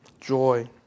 joy